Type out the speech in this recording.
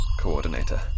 coordinator